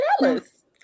jealous